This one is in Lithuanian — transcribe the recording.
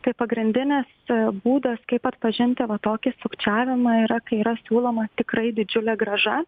tai pagrindinis būdas kaip atpažinti va tokį sukčiavimą yra kai yra siūloma tikrai didžiulė grąža